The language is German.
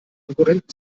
konkurrenten